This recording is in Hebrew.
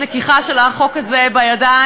על הלקיחה של החוק הזה בידיים,